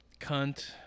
cunt